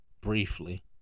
briefly